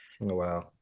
wow